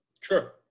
Sure